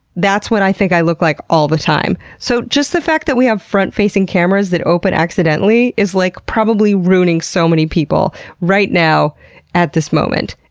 that's what i think i look like all the time. so just the fact that we have front-facing cameras that open accidentally is like probably ruining so many people right now at this moment.